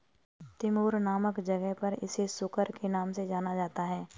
Timor नामक जगह पर इसे सुकर के नाम से जाना जाता है